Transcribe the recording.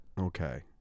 okay